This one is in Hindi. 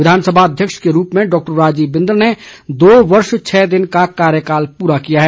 विधानसभा अध्यक्ष के रूप में डॉक्टर राजीव बिंदल ने दो वर्ष छः दिनों का कार्यकाल पूरा किया है